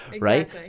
right